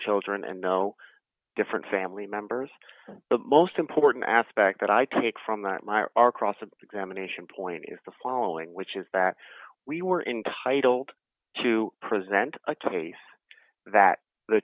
children and know different family members the most important aspect that i take from that my cross examination point is the following which is that we were entitled to present a case that the